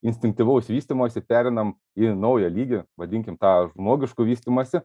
instinktyvaus vystymosi pereinam į naują lygį vadinkim tą žmogišku vystymąsi